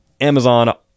Amazon